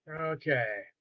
Okay